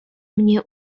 mnie